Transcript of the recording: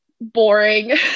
boring